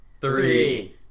three